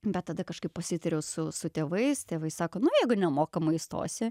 bet tada kažkaip pasitariau su su tėvais tėvai sako nu jeigu nemokamai įstosi